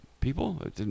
people